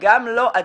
גם לו עדיף,